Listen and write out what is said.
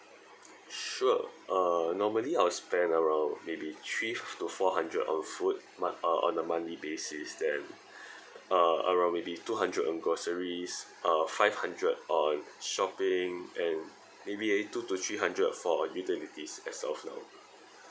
sure uh normally I will spend around maybe three to four hundred on food month uh on monthly basis then uh around maybe two hundred on groceries uh five hundred on shopping and maybe a two to three hundred for utilities as of now